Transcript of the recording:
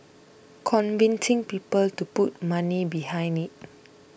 convincing people to put money behind it